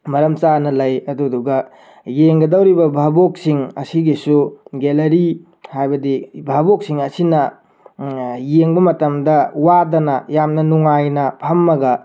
ꯃꯔꯝ ꯆꯥꯅ ꯂꯩ ꯑꯗꯨꯗꯨꯒ ꯌꯦꯡꯒꯗꯧꯔꯤꯕ ꯚꯥꯕꯣꯛꯁꯤꯡ ꯑꯁꯤꯒꯤꯁꯨ ꯒꯦꯜꯂꯔꯤ ꯍꯥꯏꯕꯗꯤ ꯚꯥꯕꯣꯛꯁꯤꯡ ꯑꯁꯤꯅ ꯌꯦꯡꯕ ꯃꯇꯝꯗ ꯋꯥꯗꯅ ꯌꯥꯥꯝꯅ ꯅꯨꯉꯥꯏꯅ ꯐꯝꯃꯒ